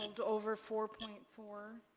and over four point four,